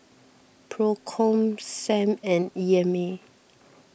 Procom Sam and E M A